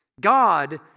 God